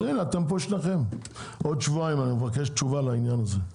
אבקש לקבל תשובה בעוד שבועיים לעניין הזה.